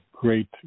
great